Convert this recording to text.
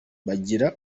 bagira